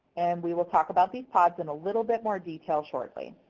and we will talk about these pods in a little bit more detail shortly.